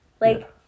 like-